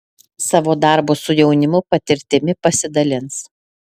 savo darbo su jaunimu patirtimi pasidalins